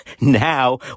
now